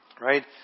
Right